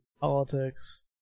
politics